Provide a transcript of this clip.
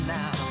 now